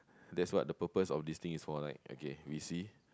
that's what the purpose of this thing is for like okay we see